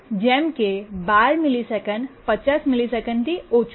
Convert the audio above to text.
જેમ કે 12 મિલિસેકંડ 50 મિલિસેકંડથી ઓછું છે